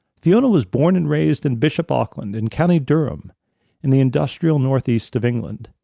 fiona was born and raised in bishop auckland in county durham in the industrial northeast of england.